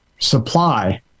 supply